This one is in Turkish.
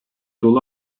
dolu